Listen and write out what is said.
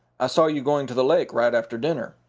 i saw you going to the lake right after dinner.